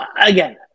again